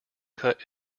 cut